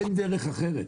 אין דרך אחרת.